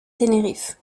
tenerife